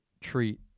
treat